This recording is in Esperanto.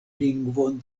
lingvon